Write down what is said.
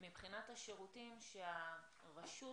מבחינת השירותים שהרשות,